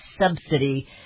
subsidy